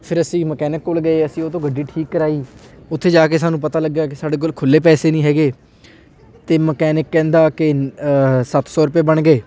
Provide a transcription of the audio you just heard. ਫਿਰ ਅਸੀਂ ਮਕੈਨਿਕ ਕੋਲ ਗਏ ਅਸੀਂ ਉਹ ਤੋਂ ਗੱਡੀ ਠੀਕ ਕਰਵਾਈ ਉੱਥੇ ਜਾ ਕੇ ਸਾਨੂੰ ਪਤਾ ਲੱਗਿਆ ਕਿ ਸਾਡੇ ਕੋਲ ਖੁੱਲ੍ਹੇ ਪੈਸੇ ਨਹੀਂ ਹੈਗੇ ਅਤੇ ਮਕੈਨਿਕ ਕਹਿੰਦਾ ਕਿ ਸੱਤ ਸੌ ਰਪਏ ਬਣ ਗਏ